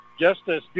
Justice